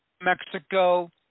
Mexico